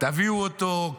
תביאו אותו,